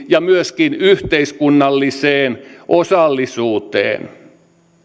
ja myöskin yhteiskunnalliseen osallisuuteen